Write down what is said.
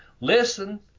listen